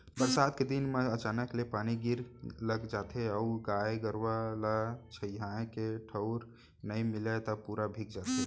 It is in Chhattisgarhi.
बरसात के दिन म अचानक ले पानी गिरे लग जाथे अउ गाय गरूआ ल छंइहाए के ठउर नइ मिलय त पूरा भींग जाथे